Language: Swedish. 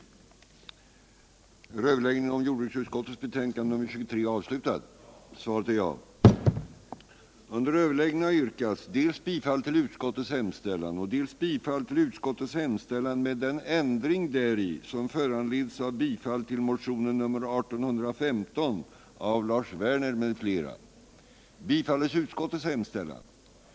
den det ej vill röstar nej.